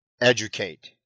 educate